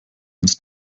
ins